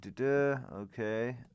Okay